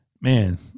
man